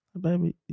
Baby